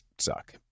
suck